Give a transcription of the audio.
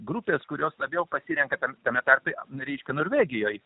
grupės kurios labiau pasirenka tame tarpe ryški norvegijoje